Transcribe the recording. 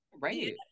right